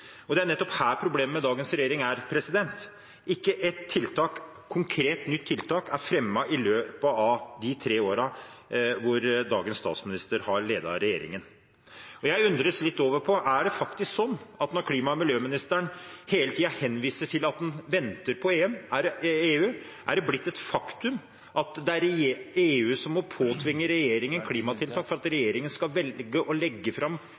Det er nettopp her problemet med dagens regjering er. Ikke ett konkret nytt tiltak er fremmet i løpet av de tre årene hvor dagens statsminister har ledet regjeringen. Jeg undres litt over om det er sånn at når klima- og miljøministeren hele tiden henviser til at han venter på EU, er det blitt et faktum at det er EU som må påtvinge regjeringen klimatiltak for at regjeringen skal velge å legge fram